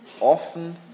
often